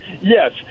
Yes